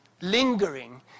lingering